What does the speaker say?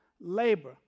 labor